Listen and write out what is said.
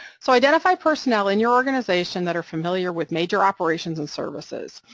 so identify personnel in your organization that are familiar with major operations and services,